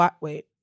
Wait